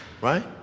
right